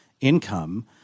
income